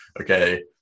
okay